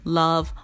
love